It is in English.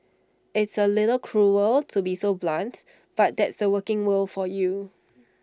it's A little cruel to be so blunt but that's the working world for you